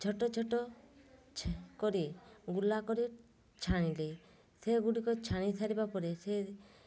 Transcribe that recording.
ଛୋଟ ଛୋଟ ଛେ କରି ଗୁଳା କରି ଛାଣିଲି ସେଗୁଡ଼ିକ ଛାଣି ସାରିବା ପରେ ସେ